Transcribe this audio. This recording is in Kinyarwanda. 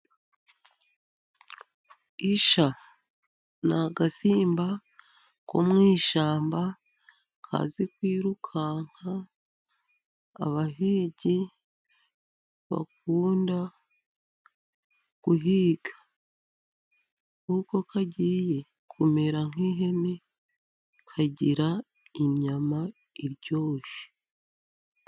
Ishya n'agasimba ko mu ishyamba kazi kwirukanka, abahigi bakunda guhiga, kuko kagiye kumera nk'ihene kagira inyama iryoshye.